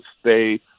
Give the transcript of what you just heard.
stay